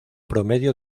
promedio